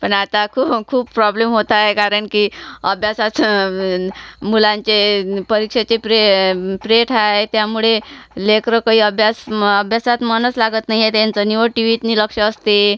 पण आता खू खूप प्रॉब्लेम होत आहे कारण की अभ्यासाचं मुलांचे परीक्षेचे प्रे प्रेथ आहे त्यामुळे लेकरं काही अभ्यास अभ्यासात मनच लागत नाही आहे त्यांचं निव्वळ टी वीत लक्ष असते